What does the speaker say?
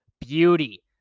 beauty